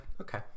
Okay